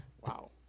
Wow